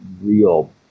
real